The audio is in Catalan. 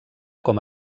com